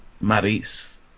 Maris